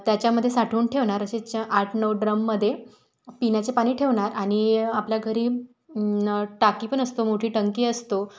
त्याच्यामधे साठवून ठेवणार असे चार आठ नऊ ड्रममध्ये पिण्याचे पाणी ठेवणार आणि आपल्या घरी न टाकी पण असतो मोठी टंकी असतो